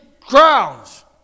crowns